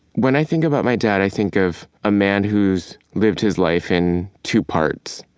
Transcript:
when i think about my dad, i think of a man who's lived his life in two parts,